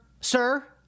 sir